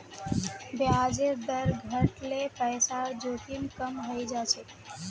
ब्याजेर दर घट ल पैसार जोखिम कम हइ जा छेक